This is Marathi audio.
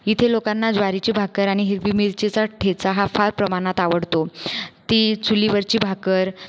इथे लोकांना ज्वारीची भाकर आणि हिरवी मिरचीचा ठेचा हा फार प्रमाणात आवडतो ती चुलीवरची भाकर